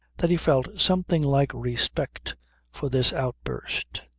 that he felt something like respect for this outburst.